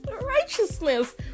righteousness